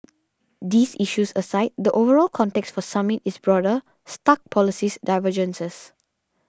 these issues aside the overall context for the summit is broader stark policies divergences